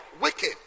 Wicked